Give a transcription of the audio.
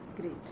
Great